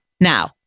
Now